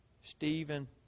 Stephen